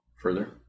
Further